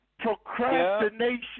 procrastination